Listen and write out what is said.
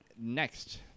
next